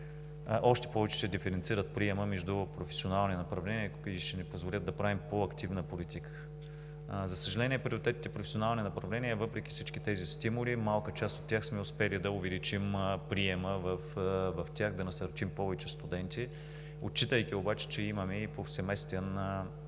още повече ще диференцират приема между професионални направления и ще ни позволят да правим по-активна политика. За съжаление, приоритетите в професионални направления, въпреки всички тези стимули, в малка част сме успели да увеличим приема в тях, да насърчим повече студенти. Отчитайки обаче, че имаме намаление